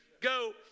Go